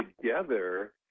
together